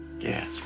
Yes